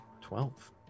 Twelve